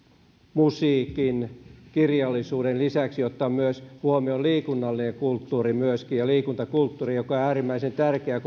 musiikin kirjallisuuden lisäksi ottaa huomioon liikunnallinen kulttuuri myöskin ja liikuntakulttuuri joka on äärimmäisen tärkeä